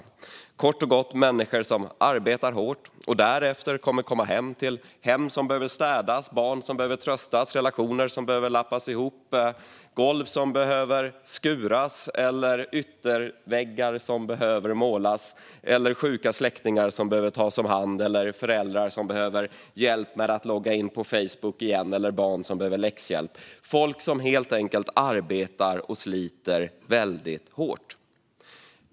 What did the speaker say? Det är kort och gott människor som arbetar hårt och som därefter kommer hem till hem som behöver städas, barn som behöver tröstas, relationer som behöver lappas ihop, golv som behöver skuras, ytterväggar som behöver målas, sjuka släktingar som behöver tas om hand, föräldrar som behöver hjälp med att logga in på Facebook igen eller barn som behöver läxhjälp. Det är helt enkelt folk som arbetar och sliter väldigt hårt.